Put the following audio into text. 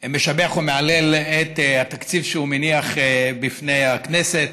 משבח ומהלל את התקציב שהוא מניח לפני הכנסת